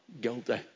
Guilty